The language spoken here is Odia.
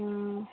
ହୁଁ